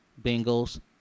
Bengals